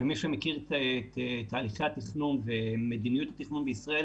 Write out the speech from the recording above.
מי שמכיר את תהליכי התכנון ומדיניות התכנון בישראל